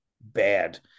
bad